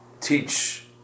teach